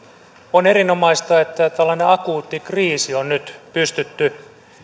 on erinomaista että tällainen akuutti kriisi on nyt pystytty